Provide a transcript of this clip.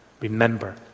remember